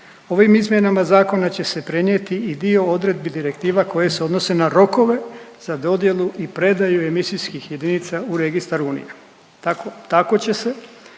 ovim izmjenama zakona će se prenijeti i dio odredbi direktiva koje se odnose na rokove za dodjelu i predaju emisijskih jedinica u registar unije. Tako,